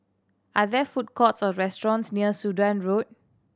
are there food courts or restaurants near Sudan Road